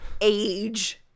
age